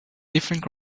different